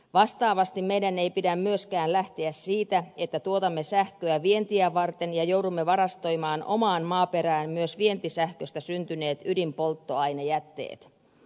vastaavasti meidän ei pidä myöskään lähteä siitä että tuotamme sähköä vientiä varten ja joudumme varastoimaan omaan maaperään myös vientisähköstä syntyneet ydinpolttoainejätteet